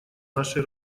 нашей